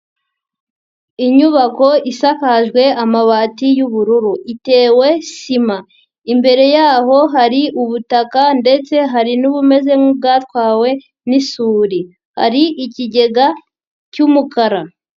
Inyubako isakajwe amabati y'ubururu itewe sima, imbere yaho hari ubutaka ndetse hari n'ubumeze nk'ubwatwawe n'isuri, hari ikigega cy'umukara.